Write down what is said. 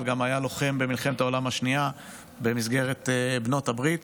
אבל היה גם לוחם במלחמת העולם השנייה במסגרת בעלות הברית.